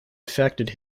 affected